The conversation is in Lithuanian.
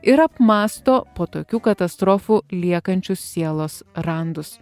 ir apmąsto po tokių katastrofų liekančius sielos randus